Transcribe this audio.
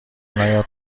نیاد